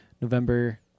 November